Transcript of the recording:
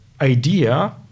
idea